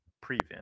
prevent